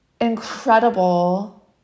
incredible